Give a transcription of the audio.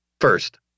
first